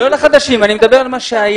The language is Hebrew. לא לחדשים, אני מדבר על מה שהיה.